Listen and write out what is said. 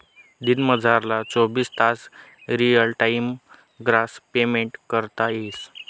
दिनमझारला चोवीस तास रियल टाइम ग्रास पेमेंट करता येस